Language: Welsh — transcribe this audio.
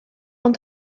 ond